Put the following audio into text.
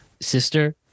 sister